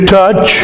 touch